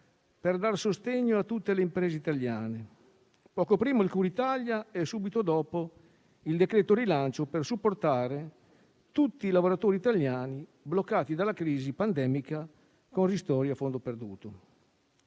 per dare sostegno a tutte le imprese italiane; poco prima ci fu il cosiddetto decreto cura Italia e subito dopo il decreto rilancio per supportare tutti i lavoratori italiani bloccati dalla crisi pandemica con ristori a fondo perduto.